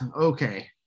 Okay